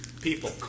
people